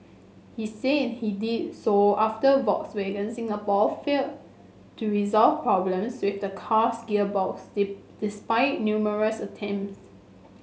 he said he did so after Volkswagen Singapore failed to resolve problems with the car's gearbox despite numerous attempts